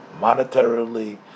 monetarily